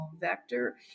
vector